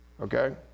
Okay